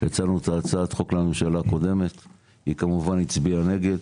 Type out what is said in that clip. הצענו את ההצעת חוק לממשלה הקודמת היא כמובן הצביע נגד,